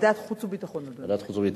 ועדת חוץ וביטחון, אדוני.